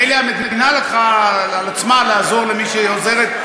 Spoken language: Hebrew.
מילא המדינה לקחה על עצמה לעזור למי שהיא עוזרת,